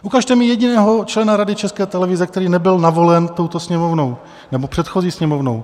Ukažte mi jediného člena Rady České televize, který nebyl navolen touto Sněmovnou nebo předchozí Sněmovnou.